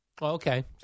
Okay